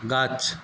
গাছ